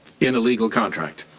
in a legal contract.